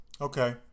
Okay